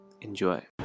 enjoy